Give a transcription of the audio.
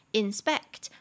inspect